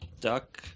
Duck